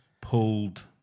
pulled